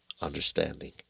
understanding